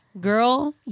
Girl